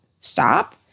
stop